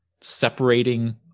separating